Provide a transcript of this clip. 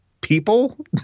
people